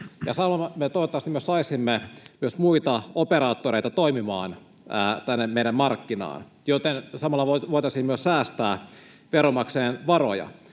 ja samalla me toivottavasti saisimme myös muita operaattoreita toimimaan tänne meidän markkinaan, joten samalla voitaisiin myös säästää veronmaksajien varoja.